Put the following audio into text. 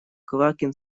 квакин